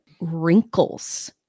wrinkles